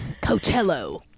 Coachella